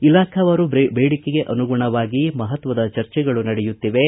ಇಲಾಖಾವಾರು ಬೇಡಿಕೆಗೆ ಅನುಗುಣವಾಗಿ ಮಹತ್ವದ ಚರ್ಚೆಗಳು ನಡೆಯುತ್ತಿವೆ